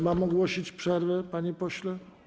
Mam ogłosić przerwę, panie pośle?